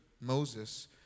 Moses